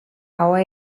ahoa